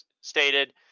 stated